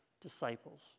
disciples